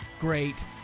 great